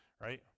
right